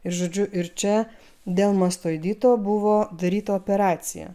ir žodžiu ir čia dėl mastoidito buvo daryta operacija